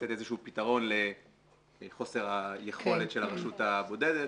לתת איזשהו פתרון לחוסר היכולת של הרשות הבודדת,